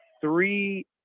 three